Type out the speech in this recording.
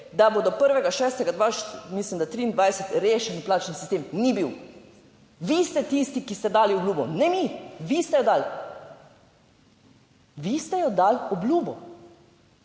da bodo 1. 6. 2023 rešili plačni sistem ni bil. Vi ste tisti, ki ste dali obljubo, ne mi, vi ste jo dali. Vi ste jo dali, obljubo.